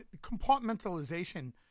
Compartmentalization